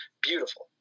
Beautiful